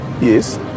Yes